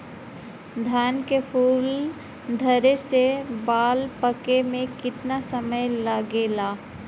धान के फूल धरे से बाल पाके में कितना समय लागेला?